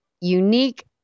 unique